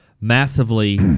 massively